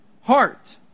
heart